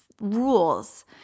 rules